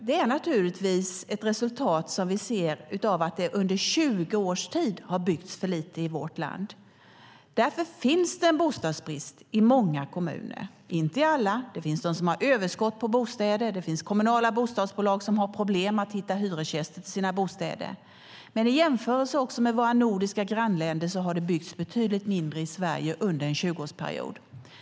Det är naturligtvis resultatet av att det under tjugo års tid har byggts för lite i vårt land. Därför finns det bostadsbrist i många kommuner, dock inte i alla. Det finns kommuner som har överskott på bostäder; det finns kommunala bostadsbolag som har problem att hitta hyresgäster till sina bostäder. I jämförelse med våra nordiska grannländer har det byggts betydligt mindre i Sverige under en tjugoårsperiod.